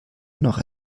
noch